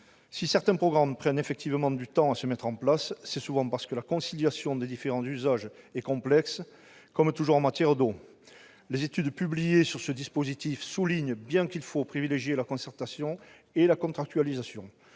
Si certains programmes prennent effectivement du temps à mettre en place, c'est souvent parce que la conciliation des différents usages est complexe, comme toujours en matière d'eau. Les études publiées sur ce dispositif soulignent bien qu'il faut privilégier la concertation et la contractualisation.